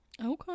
Okay